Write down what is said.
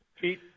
pete